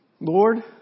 Lord